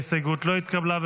ההסתייגות לא התקבלה.